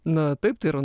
na taip tai yra